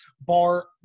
bar